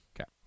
Okay